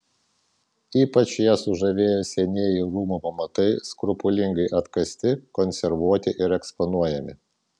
ypač ją sužavėjo senieji rūmų pamatai skrupulingai atkasti konservuoti ir eksponuojami